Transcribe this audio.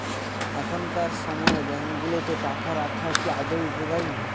এখনকার সময় ব্যাঙ্কগুলোতে টাকা রাখা কি আদৌ উপকারী?